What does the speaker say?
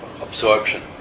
absorption